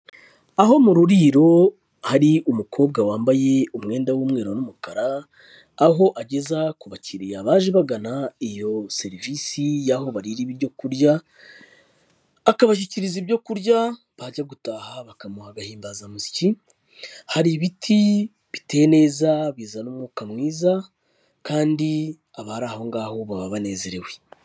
Aho mu ruriro hari umukobwa wambaye umwenda w'umweru n'umukara ,aho ageza ku bakiriya baje bagana iyo serivisi yaho baririra ibyo kurya ,akabashyikiriza ibyo kurya bajya gutaha bakamuha agahimbazamusyi ,hari ibiti biteye neza bizana umwuka mwiza, kandi abari aho ngaho baba banezerewe.